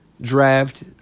draft